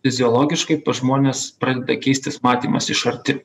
fiziologiškai pas žmones pradeda keistis matymas iš arti